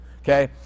okay